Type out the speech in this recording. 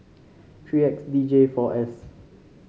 three X D J four S